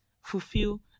fulfill